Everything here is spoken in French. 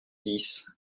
dix